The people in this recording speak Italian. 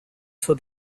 suo